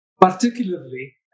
particularly